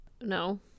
No